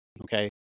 okay